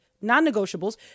non-negotiables